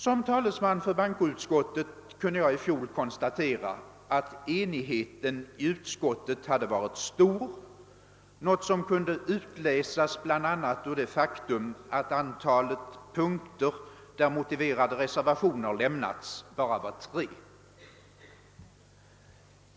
Som talesman för bankoutskottet kunde jag i fjol konstatera att enigheten i utskottet hade varit stor — något som kunde utläsas bl.a. ur det faktum att antalet punkter där motiverade reservationer avgivits bara var tre.